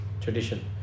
tradition